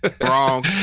Wrong